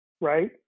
right